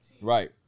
right